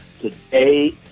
today